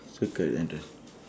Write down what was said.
circle entrance